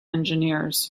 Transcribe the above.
engineers